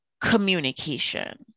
communication